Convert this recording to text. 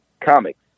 comics